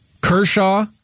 Kershaw